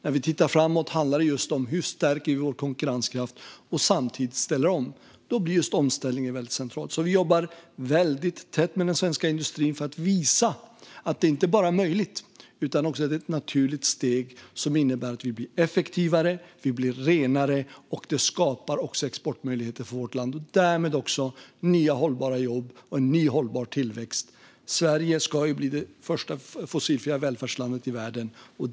När vi tittar framåt handlar det om hur vi stärker vår konkurrenskraft samtidigt som vi ställer om. Då blir omställningen väldigt central. Vi jobbar väldigt tätt med den svenska industrin för att visa att detta inte bara är möjligt utan också ett naturligt steg som innebär att vi blir effektivare och renare. Det skapar dessutom exportmöjligheter för vårt land och därmed också nya, hållbara jobb och en ny, hållbar tillväxt. Sverige ska ju bli det första fossilfria välfärdslandet i världen.